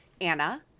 Anna